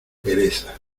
pereza